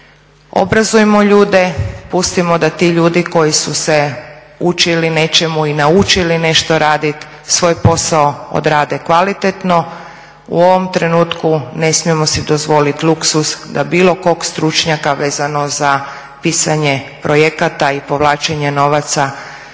Obrazujmo ljude, pustimo da ti ljudi koji su se učili nečemu i naučili nešto raditi, svoj posao odrade kvalitetno. U ovom trenutku ne smijemo si dozvolit luksuz da bilo kog stručnjaka, vezano za pisanje projekata i povlačenje novaca